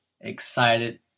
excited